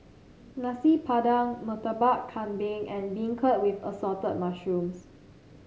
Nasi Padang Murtabak Kambing and beancurd with Assorted Mushrooms